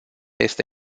este